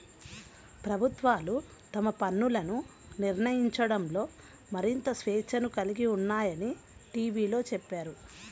ప్రభుత్వాలు తమ పన్నులను నిర్ణయించడంలో మరింత స్వేచ్ఛను కలిగి ఉన్నాయని టీవీలో చెప్పారు